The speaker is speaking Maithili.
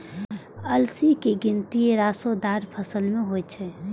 अलसी के गिनती रेशेदार फसल मे होइ छै